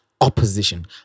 opposition